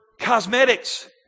cosmetics